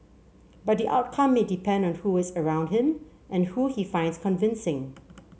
but the outcome may depend on who is around him and who he finds convincing